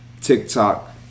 TikTok